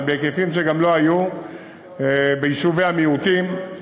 בהיקפים שלא היו ביישובי המיעוטים.